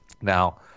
Now